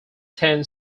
ten